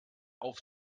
auf